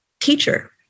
teacher